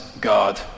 God